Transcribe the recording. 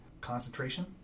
concentration